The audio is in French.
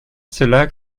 cela